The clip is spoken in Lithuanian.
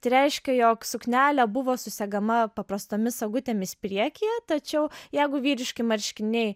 tai reiškė jog suknelė buvo susegama paprastomis sagutėmis priekyje tačiau jeigu vyriški marškiniai